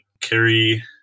carry